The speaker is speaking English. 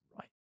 Right